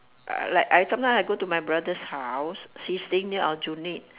ah like I sometimes I go to my brother's house he's staying near aljunied